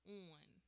on